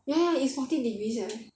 ya ya is forty degrees leh